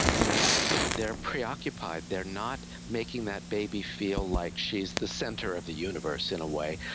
you know they are preoccupied, they are not making that baby feel like she is the centre of the universe, in a way.